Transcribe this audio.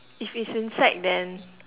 if its insect then